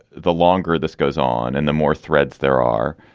the longer this goes on and the more threads there are,